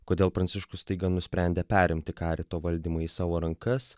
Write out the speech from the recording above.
kodėl pranciškus staiga nusprendė perimti karito valdymą į savo rankas